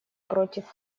против